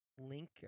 link